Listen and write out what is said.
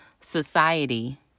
society